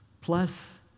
plus